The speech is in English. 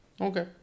Okay